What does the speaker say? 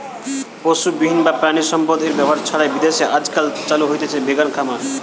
পশুবিহীন বা প্রাণিসম্পদএর ব্যবহার ছাড়াই বিদেশে আজকাল চালু হইচে ভেগান খামার